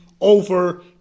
over